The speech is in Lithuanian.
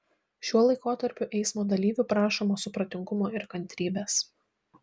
šiuo laikotarpiu eismo dalyvių prašoma supratingumo ir kantrybės